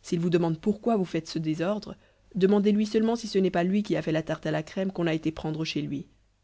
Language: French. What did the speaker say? s'il vous demande pourquoi vous faites ce désordre demandez-lui seulement si ce n'est pas lui qui a fait la tarte à la crème qu'on a été prendre chez lui